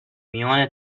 میان